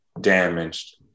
damaged